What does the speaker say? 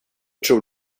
tror